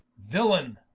villaine,